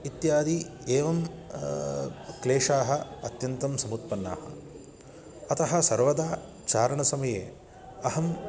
इत्यादि एवं क्लेशाः अत्यन्तं समुत्पन्नाः अतः सर्वदा चारणसमये अहं